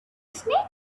snake